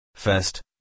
First